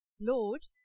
Lord